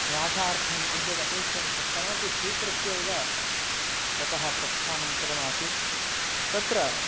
वासार्थं यद्यदपेक्षितं तत्सर्वमपि स्वीकृत्यैव ततः प्रस्थानं कृतमासीत् तत्र